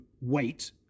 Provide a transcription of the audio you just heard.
wait